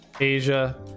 Asia